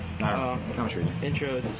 Intro